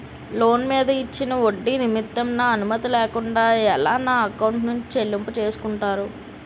Loan మీద ఇచ్చిన ఒడ్డి నిమిత్తం నా అనుమతి లేకుండా ఎలా నా ఎకౌంట్ నుంచి చెల్లింపు చేసుకుంటారు?